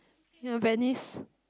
ya Venice